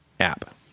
App